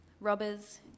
robbers